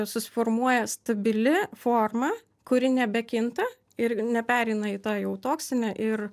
susiformuoja stabili forma kuri nebekinta ir nepereina į tą jau toksinę ir